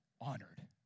honored